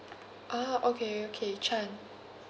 ah okay okay chan